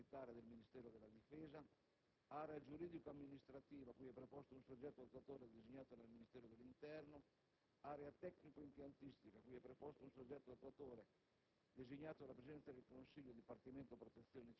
area tecnico-operativa, cui è preposto il genio militare del Ministero della difesa; area giuridico-amministrativa, cui è preposto un soggetto attuatore designato dal Ministero dell'interno; area tecnico-impiantistica, cui è preposto un soggetto attuatore